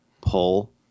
pull